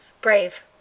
Brave